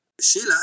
Sheila